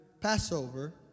Passover